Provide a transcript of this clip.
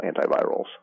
antivirals